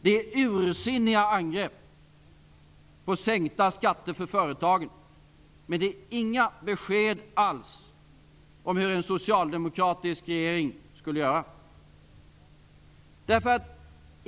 Det är ursinniga angrepp på sänkta skatter för företagen, men det är inga besked alls om hur en socialdemokratisk regering skulle göra.